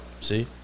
See